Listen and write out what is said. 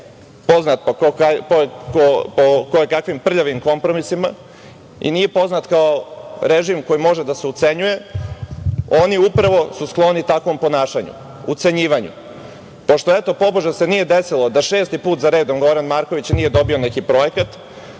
poznat po koje kakvim prljavim kompromisima, i nije poznat kao režim koji može da se ucenjuje, oni upravo su skloni takvom ponašanju, ucenjivanju. Pošto eto, tobože se nije desilo da šesti put zaredom Goran Marković nije dobio neki projekat,